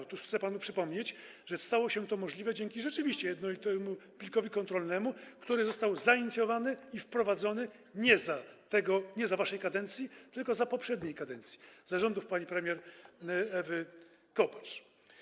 Otóż chcę panu przypomnieć, że stało się to możliwe rzeczywiście dzięki jednolitemu plikowi kontrolnemu, który został zainicjowany i wprowadzony nie za waszej kadencji, tylko za poprzedniej kadencji, za rządów pani premier Ewy Kopacz.